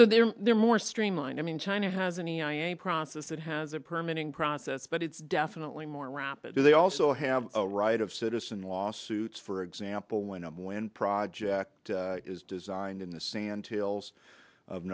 so they're they're more streamlined i mean china has any i a process that has a permanent process but it's definitely more rapid do they also have a right of citizen lawsuits for example when i'm when project is designed in the sand hills of